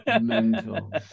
Mental